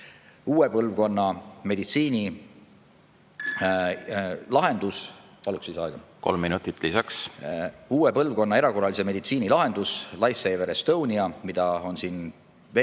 uue põlvkonna meditsiinilahendus. Paluks lisaaega. Kolm minutit lisaks. Uue põlvkonna erakorralise meditsiini lahendust LifeSaver Estonia on siin veetud